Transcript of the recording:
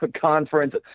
conference